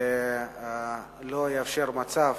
ולא יאפשר מצב